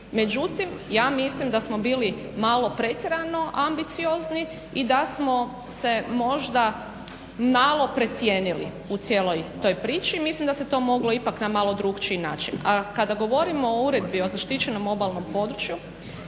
Međutim, ja mislim da smo bili malo pretjerano ambiciozni i da smo se možda malo precijenili u cijeloj toj priči i mislim da se to moglo ipak na malo drukčiji način. A kada govorimo o Uredbi o zaštićenom obalnom području